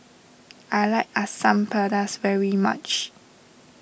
I like Asam Pedas very much